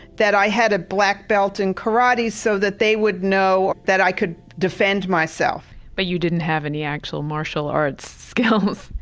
that i had a black belt in karate so that they would know that i could defend myself but you didn't have any actual martial arts skills?